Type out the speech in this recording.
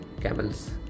camels